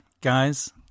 guys